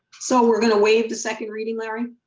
so we're gonna waive the second reading, larry?